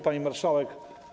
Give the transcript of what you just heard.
Pani Marszałek!